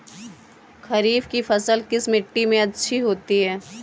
खरीफ की फसल किस मिट्टी में अच्छी होती है?